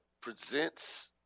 presents